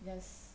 just